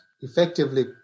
effectively